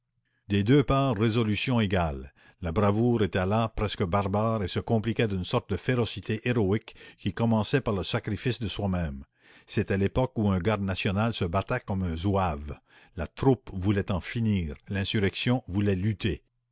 des deux parts résolution égale la bravoure était là presque barbare et se compliquait d'une sorte de férocité héroïque qui commençait par le sacrifice de soi-même c'était l'époque où un garde national se battait comme un zouave la troupe voulait en finir l'insurrection voulait lutter